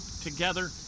together